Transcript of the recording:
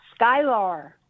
Skylar